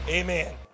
Amen